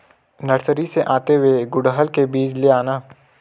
nursery से आते हुए गुड़हल के बीज ले आना